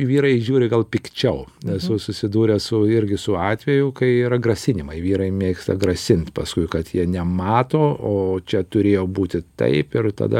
vyrai žiūri gal pikčiau esu susidūręs su irgi su atveju kai yra grasinimai vyrai mėgsta grasint paskui kad jie nemato o čia turėjo būti taip ir tada